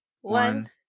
one